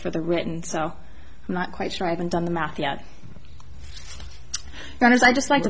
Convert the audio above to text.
for the written so i'm not quite sure i haven't done the math yet and as i just like